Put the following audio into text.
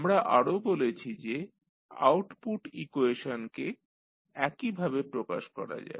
আমরা আরো বলেছি যে আউটপুট ইকুয়েশনকে একই ভাবে প্রকাশ করা যায়